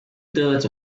thirds